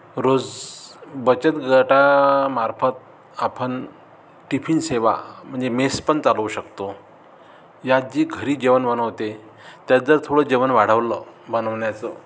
रोज बचत गटामार्फत आपन टिफिन सेवा म्हणजे मेस पण चालवू शकतो यात जी घरी जेवण बनवते त्यात जर थोडं जेवण वाढवलं बनवण्याचं